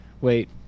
Wait